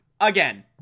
again